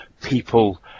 people